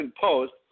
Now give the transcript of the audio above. Post